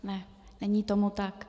Ne, není tomu tak.